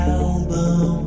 album